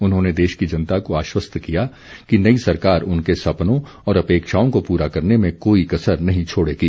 उन्होंने देश की जनता को आश्वस्त किया कि नई सरकार उनके सपनों और अपेक्षाओं को पूरा करने में कोई कसर नहीं छोड़ेगी